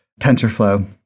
TensorFlow